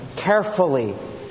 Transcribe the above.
carefully